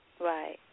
Right